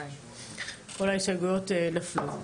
2 נמנעים,